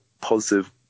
positive